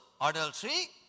adultery